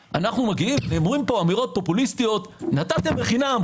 נאמרות פה אמירות פופוליסטיות: נתתם בחינם,